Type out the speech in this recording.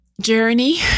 journey